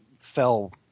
fell